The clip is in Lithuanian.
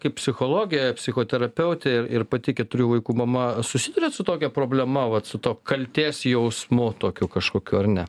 kaip psichologė psichoterapeutė ir ir pati keturių vaikų mama susiduriat su tokia problema vat su tuo kaltės jausmu tokiu kažkokiu ar ne